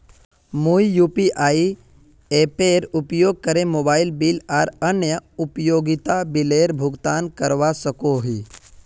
मुई यू.पी.आई एपेर उपयोग करे मोबाइल बिल आर अन्य उपयोगिता बिलेर भुगतान करवा सको ही